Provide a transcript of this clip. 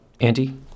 Andy